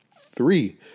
Three